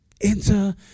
Enter